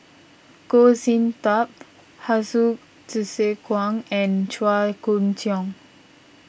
Goh Sin Tub Hsu Tse Kwang and Chua Koon Siong